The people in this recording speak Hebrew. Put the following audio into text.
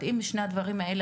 הם נמצאים בהסכמים מדיניים.